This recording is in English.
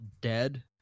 dead